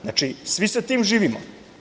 Znači, svi sa tim živimo.